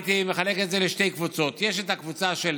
הייתי מחלק את זה לשתי קבוצות: יש את הקבוצה של